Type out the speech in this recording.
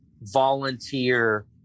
volunteer